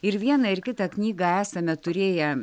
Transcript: ir vieną ir kitą knygą esame turėję